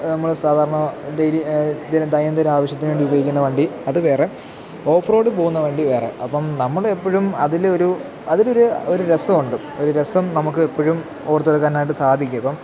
നമ്മള് സാധാരണ ഡെയിലി അത് എന്തേലും ദൈനംദിന ആവശ്യത്തിന് വേണ്ടി ഉപയോഗിക്കുന്ന വണ്ടി അത് വേറെ ഓഫ് റോഡ് പോകുന്ന വണ്ടി വേറെ അപ്പോള് നമ്മള് എപ്പോഴും അതില് ഒരു അതിലൊരു ഒരു രസമുണ്ട് ഒരു രസം നമുക്ക് എപ്പോഴും ഓർത്തുവെക്കാനായിട്ട് സാധിക്കും അപ്പോള്